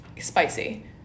spicy